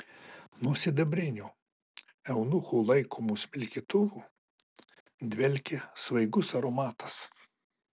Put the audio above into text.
nuo sidabrinių eunuchų laikomų smilkytuvų dvelkė svaigus aromatas